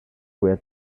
were